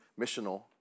missional